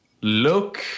look